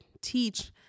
teach